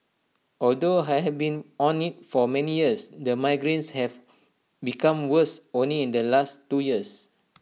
although I have been on IT for many years the migraines have become worse only in the last two years